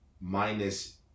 minus